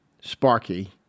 Sparky